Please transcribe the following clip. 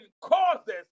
causes